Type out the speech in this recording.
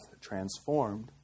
transformed